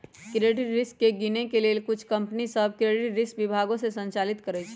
credit risk के गिनए के लेल कुछ कंपनि सऽ क्रेडिट रिस्क विभागो संचालित करइ छै